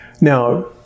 Now